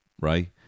right